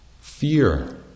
Fear